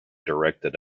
directed